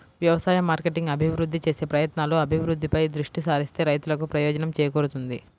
వ్యవసాయ మార్కెటింగ్ అభివృద్ధి చేసే ప్రయత్నాలు, అభివృద్ధిపై దృష్టి సారిస్తే రైతులకు ప్రయోజనం చేకూరుతుంది